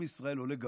עם ישראל עולה גבוה,